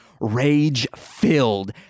Rage-filled